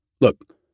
Look